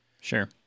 sure